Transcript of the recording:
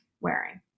wearing